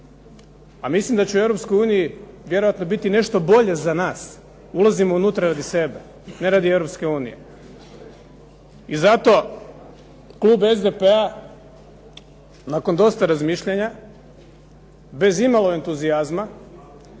A mislim da će u Europskoj uniji vjerojatno biti nešto bolje za nas. Ulazimo unutra radi sebe, ne radi Europske unije. I zato klub SDP-a nakon dosta razmišljanja, bez imalo entuzijazma,